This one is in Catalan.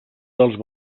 dels